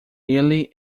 ele